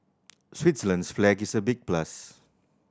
Switzerland's flag is a big plus